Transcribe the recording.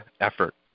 effort